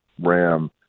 Ram